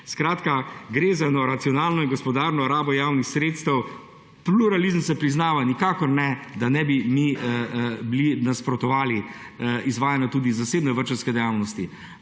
Skratka, gre za racionalno in gospodarno rabo javnih sredstev, pluralizem se priznava; nikakor ne, da bi mi nasprotovali izvajanju tudi zasebne vrtčevske dejavnosti.